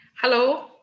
Hello